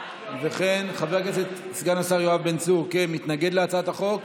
וכן חבר הכנסת סגן השר יואב בן צור כמתנגד להצעת החוק.